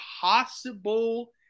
possible